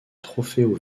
trofeo